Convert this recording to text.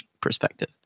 perspective